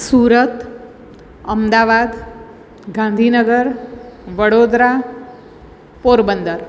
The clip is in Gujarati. સુરત અમદાવાદ ગાંધીનગર વડોદરા પોરબંદર